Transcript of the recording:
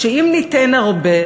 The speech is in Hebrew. שאם ניתן הרבה,